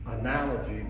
analogy